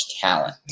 talent